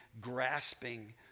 grasping